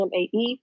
Mae